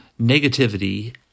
negativity